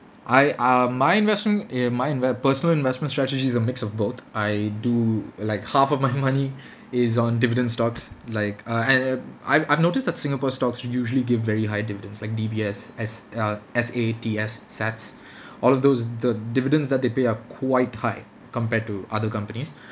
I uh my investment e~ my inve~ personal investment strategy is a mix of both I do like half of my money is on dividend stocks like uh and and I've I've noticed that singapore stocks usually give very high dividends like D_B_S S uh S_A_T_S SATS all of those the dividends that they pay are quite high compared to other companies